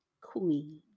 Queen